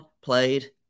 played